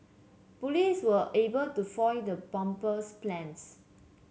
police were able to foil the bomber's plans